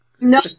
No